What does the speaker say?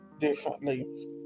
differently